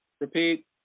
Repeat